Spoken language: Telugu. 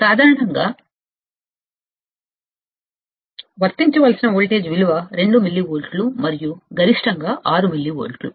సాధారణంగా వర్తించవలసిన వోల్టేజ్ విలువ 2 మిల్లీవోల్ట్లు మరియు గరిష్టంగా 6 మిల్లీవోల్ట్లు